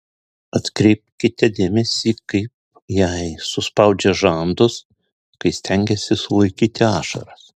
atkreipkite dėmesį kaip jei suspaudžia žandus kai stengiasi sulaikyti ašaras